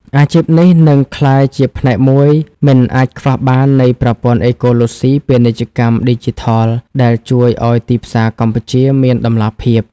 អាជីពនេះនឹងក្លាយជាផ្នែកមួយមិនអាចខ្វះបាននៃប្រព័ន្ធអេកូឡូស៊ីពាណិជ្ជកម្មឌីជីថល ដែលជួយឱ្យទីផ្សារកម្ពុជាមានតម្លាភាព។